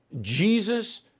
Jesus